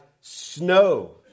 snow